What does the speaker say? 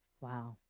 Wow